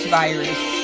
virus